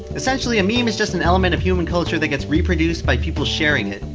essentially, a meme is just an element of human culture, that gets reproduced by people sharing it.